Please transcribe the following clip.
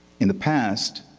in the past,